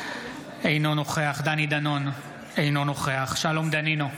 אינו נוכח דני דנון, אינו נוכח שלום דנינו,